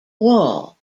wall